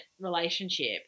relationship